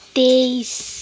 तेइस